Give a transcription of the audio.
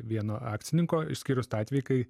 vieno akcininko išskyrus tą atvejį kai